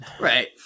Right